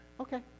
Okay